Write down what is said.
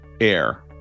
air